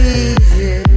easy